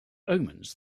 omens